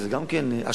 שזה גם כן השקעה,